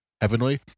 heavenly